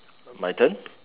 my turn